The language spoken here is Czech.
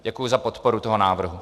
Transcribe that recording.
Děkuji za podporu toho návrhu.